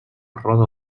roda